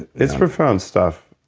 it's profound stuff.